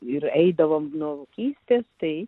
ir eidavom nuo vaikystės tai